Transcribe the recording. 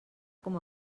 com